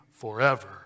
forever